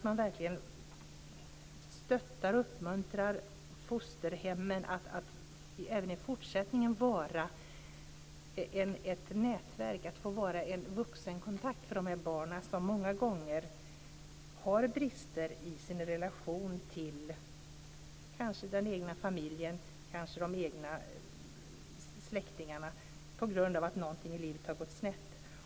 Man ska stötta och uppmuntra fosterhemmen att även i fortsättningen vara ett nätverk, en vuxenkontakt för barnen - som många gånger har brister i sin relation till kanske den egna familjen eller släktingarna på grund av att någonting i livet har gått snett.